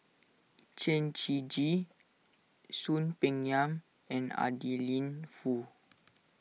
Chen Shiji Soon Peng Yam and Adeline Foo